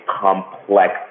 complex